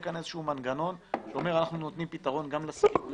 כאן איזשהו מנגנון שאומר שנותנים פתרון גם לשכירויות